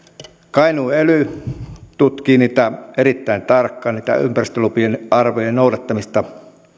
kainuun ely tutkii erittäin tarkkaan ympäristölupien arvojen noudattamista